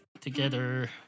together